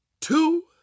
two